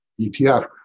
ETF